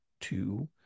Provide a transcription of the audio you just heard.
two